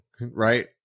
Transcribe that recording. right